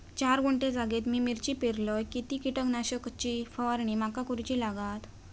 चार गुंठे जागेत मी मिरची पेरलय किती कीटक नाशक ची फवारणी माका करूची लागात?